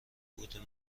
بهبود